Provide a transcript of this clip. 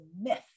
myth